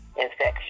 infection